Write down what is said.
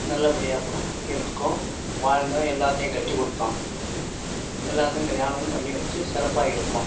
நல்லபடியாக இருக்கோம் வாழ்ந்தோம் எல்லாத்தையும் கட்டிக் கொடுத்தோம் எல்லாத்துக்கும் கல்யாணமும் பண்ணி வச்சு சிறப்பாக இருக்கோம்